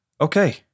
Okay